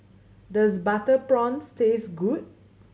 does butter prawns taste good